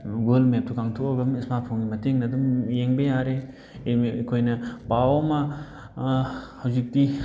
Google ꯃꯦꯞꯇꯣ ꯀꯥꯡꯊꯣꯛꯑꯒ ꯑꯗꯨꯝ ꯏꯁꯃꯥꯔꯠ ꯐꯣꯟꯒꯤ ꯃꯇꯦꯡꯅ ꯑꯗꯨꯝ ꯌꯦꯡꯕ ꯌꯥꯔꯦ ꯑꯩꯈꯣꯏꯅ ꯄꯥꯎ ꯑꯃ ꯍꯧꯖꯤꯛꯇꯤ